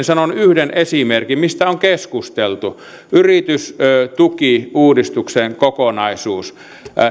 sanon yhden esimerkin siitä millaisista uudistuksista on keskusteltu yritystukiuudistuksen kokonaisuus